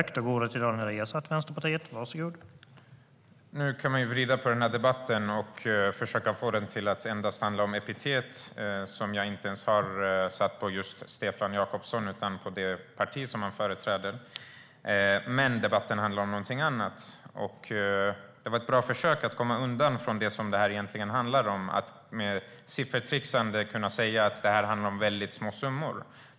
Herr talman! Man kan ju vrida debatten och försöka få den att endast handla om att sätta epitet, vilket jag inte ens har gjort på just Stefan Jakobsson utan på det parti han företräder. Debatten handlar dock om någonting annat. Det var ett bra försök att komma undan från vad det egentligen handlar om, nämligen att med siffertrixande kunna säga att det handlar om väldigt små summor.